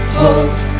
hope